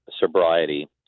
sobriety